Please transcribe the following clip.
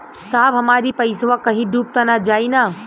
साहब हमार इ पइसवा कहि डूब त ना जाई न?